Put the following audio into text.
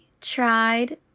tried